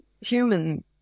human